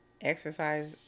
exercise